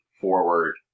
forward